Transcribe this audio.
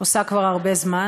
עושה כבר הרבה זמן.